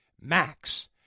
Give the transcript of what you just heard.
Max